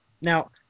Now